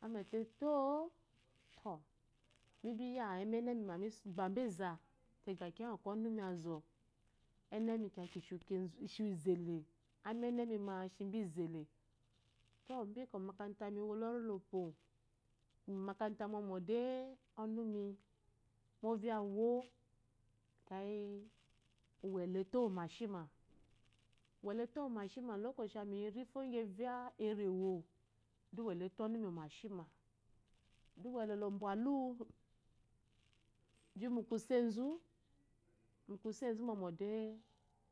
ekeyi meyote to-ah-mi biya emenemi ma mi baba eza ga kiya ngi ɔkɔ ɔmu azɔ, enemi kiya ki shi iwu izale, emenemi ma kiya ki shi bo izele. Lo mi kah mo omakata mɔmɔ de ɔnumi mu ovya uwuwo, ekeyi uwelo etowu omashi ma, uwelo etowa omashe olokoshi miyi rifo igi evya erewo de uwelo eto ɔnumi omashi ma, de uwelo le obwaluwa ji mu se zu. Mu kuse mɔmɔ de.